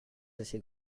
assez